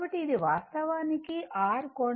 కాబట్టి ఇది వాస్తవానికి R కోణం 0